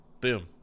boom